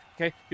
okay